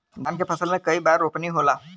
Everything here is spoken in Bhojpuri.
धान के फसल मे कई बार रोपनी होला?